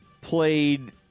played